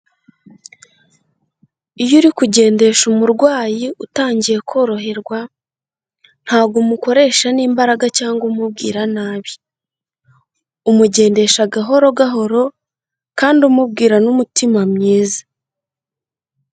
Iyo uri kugendesha umurwayi utangiye koroherwa ntabwo umukoresha n'imbaraga cyangwa umubwira nabi, umugendesha gahoro gahoro kandi umubwira n'umutima mwiza.